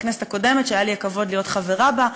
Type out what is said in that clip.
שהיה לי הכבוד להיות חברה בה,